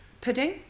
pudding